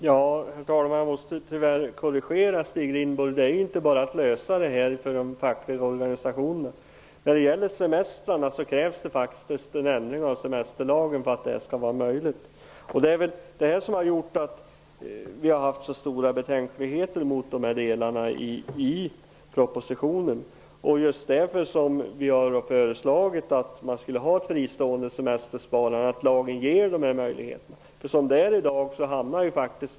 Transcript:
Herr talman! Jag måste tyvärr korrigera Stig Rindborg. Det är inte bara för de fackliga organisationerna att lösa detta. När det gäller semestrarna krävs faktiskt en ändring av semesterlagen för att detta skall bli möjligt. Det är det som har gjort att vi har hyst så stora betänkligheter mot de delarna i propositionen, och det är därför som vi har föreslagit att man skall ha ett fristående semestersparande och att lagen skall ge möjlighet till det.